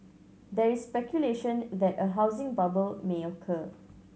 there is speculation that a housing bubble may occur